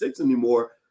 anymore